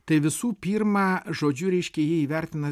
tai visų pirma žodžiu reiškia jį įvertina